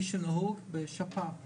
כפי שנהוג בשפעת?